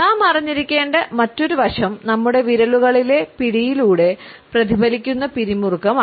നാം അറിഞ്ഞിരിക്കേണ്ട മറ്റൊരു വശം നമ്മുടെ വിരലുകളിലെ പിടിയിലൂടെ പ്രതിഫലിക്കുന്ന പിരിമുറുക്കമാണ്